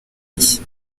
nshya